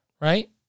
right